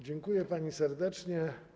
Dziękuję pani serdecznie.